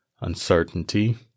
uncertainty